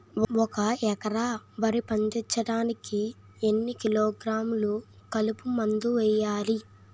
ఒక ఎకర వరి పండించటానికి ఎన్ని కిలోగ్రాములు కలుపు మందు వేయాలి?